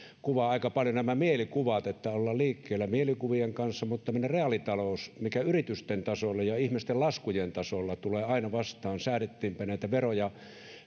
kuvaavat aika paljon nämä mielikuvat ollaan liikkeellä mielikuvien kanssa mutta tämmöinen reaalitalous tulee yritysten tasolla ja ihmisten laskujen tasolla aina vastaan säädettiinpä näitä veroja